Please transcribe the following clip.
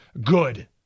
good